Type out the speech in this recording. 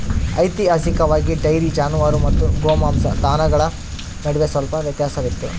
ಐತಿಹಾಸಿಕವಾಗಿ, ಡೈರಿ ಜಾನುವಾರು ಮತ್ತು ಗೋಮಾಂಸ ದನಗಳ ನಡುವೆ ಸ್ವಲ್ಪ ವ್ಯತ್ಯಾಸವಿತ್ತು